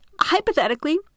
hypothetically